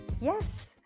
Yes